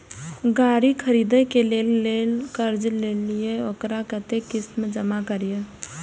गाड़ी खरदे के लेल जे कर्जा लेलिए वकरा कतेक किस्त में जमा करिए?